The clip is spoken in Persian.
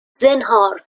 زنهار